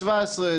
17,